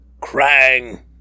Krang